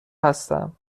هستم